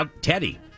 Teddy